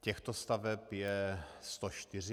Těchto staveb je 104.